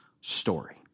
story